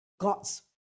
God's